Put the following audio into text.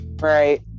Right